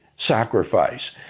sacrifice